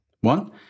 One